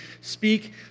speak